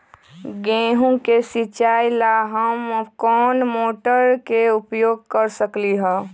गेंहू के सिचाई ला हम कोंन मोटर के उपयोग कर सकली ह?